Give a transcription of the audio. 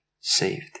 saved